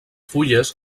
fulles